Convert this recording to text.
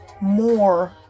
more